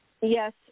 Yes